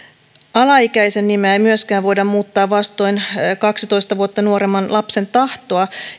alaikäisen nimeä ei myöskään voida muuttaa vastoin kaksitoista vuotta nuoremman lapsen tahtoa